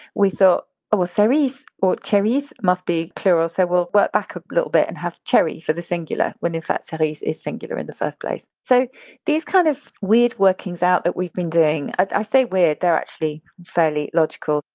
we thought ah cerise or cherries must be plural so we'll work back a little bit and have cherry for the singular, when in fact cerise is singular in the first place. so these kind of weird workings out that we've been doing i say weird, they're actually fairly logical,